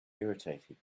irritated